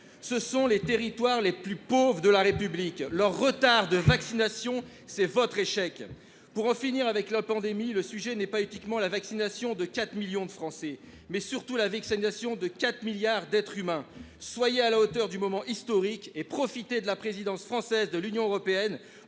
Ce sont les territoires les plus pauvres de la République et leur retard de vaccination est votre échec ! Pour en finir avec la pandémie, le sujet n'est pas uniquement la vaccination de 4 millions de Français ; il s'agit surtout de vacciner encore 4 milliards d'êtres humains ! Soyez à la hauteur de ce moment historique et profitez de la présidence française du Conseil de l'Union européenne